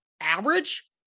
average